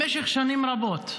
במשך שנים רבות,